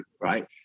right